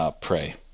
pray